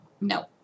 no